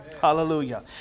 Hallelujah